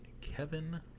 kevin